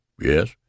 Yes